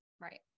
Right